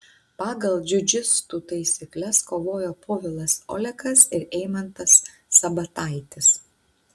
pagal džiudžitsu taisykles kovojo povilas olekas ir eimantas sabataitis